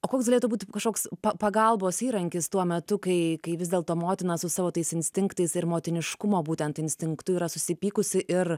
o koks galėtų būti kažkoks pa pagalbos įrankis tuo metu kai kai vis dėlto motina su savo tais instinktais ir motiniškumo būtent instinktu yra susipykusi ir